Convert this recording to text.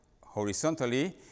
horizontally